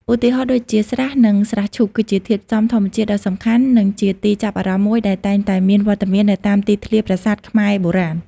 ឧទាហរណ៍ ដូចជា ស្រះ និងស្រះឈូក គឺជាធាតុផ្សំធម្មជាតិដ៏សំខាន់ និងជាទីចាប់អារម្មណ៍មួយដែលតែងតែមានវត្តមាននៅតាមទីធ្លាប្រាសាទខ្មែរបុរាណ។